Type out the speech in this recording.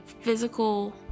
physical